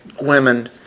women